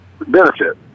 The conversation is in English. benefit